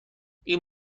این